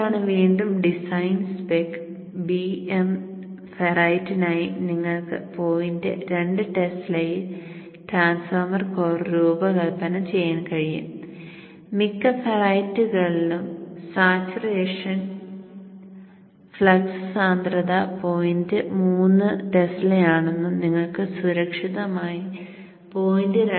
ഇതാണ് വീണ്ടും design spec BM ഫെറൈറ്റിനായി നിങ്ങൾക്ക് പോയിന്റ് രണ്ട് ടെസ്ലയിൽ ട്രാൻസ്ഫോർമർ കോർ രൂപകൽപ്പന ചെയ്യാൻ കഴിയും മിക്ക ഫെറിറ്റുകളിലും സാച്ചുറേഷൻ ഫ്ലക്സ് സാന്ദ്രത പോയിന്റ് മൂന്ന് ടെസ്ലയാണെന്നും നിങ്ങൾക്ക് സുരക്ഷിതമായി 0